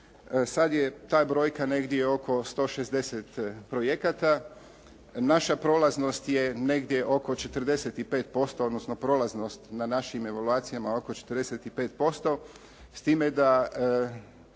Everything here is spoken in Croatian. Sad je ta brojka negdje oko 160 projekata. Naša prolaznost je negdje oko 45% odnosno prolaznost na našim evaluacijama oko 45% s time da